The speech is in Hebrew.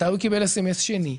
מתי הוא קיבל אס.אם.אס שני,